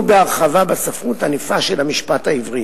בהרחבה בספרות ענפה של המשפט העברי.